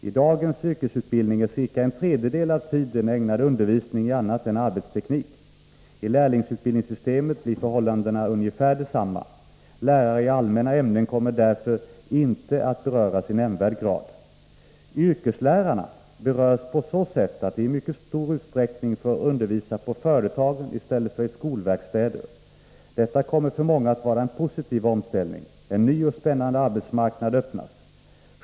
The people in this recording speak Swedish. I dagens yrkesutbildningar är ca en tredjedel av tiden ägnad åt undervisning i annat än arbetsteknik. I lärlingsutbildningssystemet blir förhållandet ungefär detsamma. Lärare i allmänna ämnen kommer därför inte att beröras i nämnvärd grad. Yrkeslärarna berörs på så sätt att de i mycket stor utsträckning får undervisa på företagen i stället för i skolverkstäder. Detta kommer för många att vara en positiv omställning. En ny och spännande arbetsmarknad öppnas.